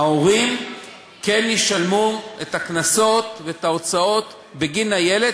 ההורים כן ישלמו את הקנסות ואת ההוצאות בגין הילד,